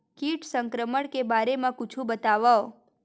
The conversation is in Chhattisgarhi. कीट संक्रमण के बारे म कुछु बतावव?